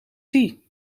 zie